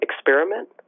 experiment